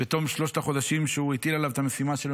בתום שלושת החודשים של המשימה שהוא הטיל עליו,